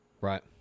Right